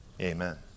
Amen